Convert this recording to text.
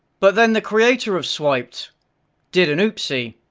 but then the creator of swiped did an oopsie.